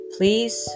Please